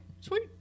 sweet